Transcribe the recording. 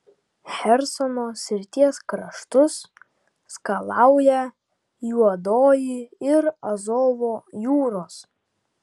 chersono srities kraštus skalauja juodoji ir azovo jūros